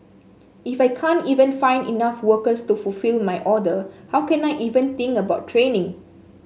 if I can't even find enough workers to fulfil my order how can I even think about training